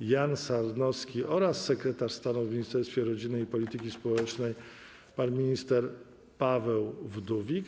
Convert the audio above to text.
Jan Sarnowski oraz sekretarz stanu w Ministerstwie Rodziny i Polityki Społecznej pan minister Paweł Wdówik.